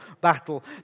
battle